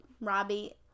Robbie